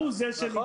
הוא זה שנתבע.